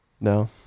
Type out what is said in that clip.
No